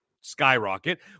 skyrocket